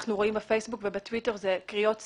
שאנחנו רואים בפייסבוק ובטוויטר אלו קריאות צהלה,